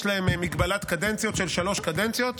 יש להם מגבלת קדנציות של שלוש קדנציות,